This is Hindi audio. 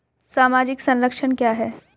सामाजिक संरक्षण क्या है?